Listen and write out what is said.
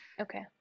Okay